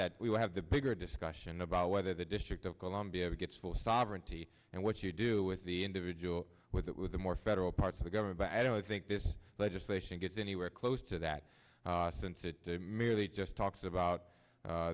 that we will have the bigger discussion about whether the district of columbia gets full sovereignty and what you do with the individual with the more federal parts of the government but i don't think this legislation gets anywhere close to that since it merely just talks about